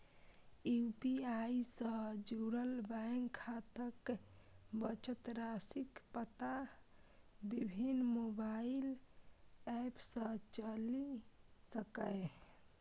UPI सं जुड़ल bank खाताक बचत राशिक पता विभिन्न मोबाइल एप सं चलि सकैए